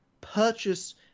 purchase